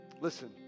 Listen